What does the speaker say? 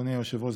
אדוני היושב-ראש,